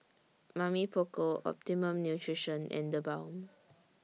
Mamy Poko Optimum Nutrition and TheBalm